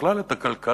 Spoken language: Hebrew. בכלל את הכלכלה,